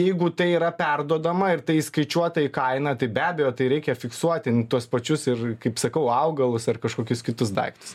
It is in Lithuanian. jeigu tai yra perduodama ir tai įskaičiuota į kainą tai be abejo tai reikia fiksuoti tuos pačius ir kaip sakau augalus ar kažkokius kitus daiktus